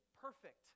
perfect